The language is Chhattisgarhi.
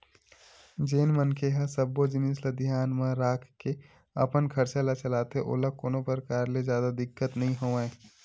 जेन मनखे ह सब्बो जिनिस ल धियान म राखके अपन खरचा ल चलाथे ओला कोनो परकार ले जादा दिक्कत नइ होवय